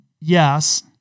yes